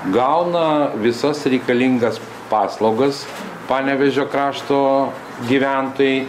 gauna visas reikalingas paslaugas panevėžio krašto gyventojai